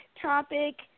topic